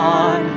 on